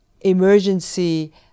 emergency